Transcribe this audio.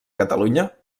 catalunya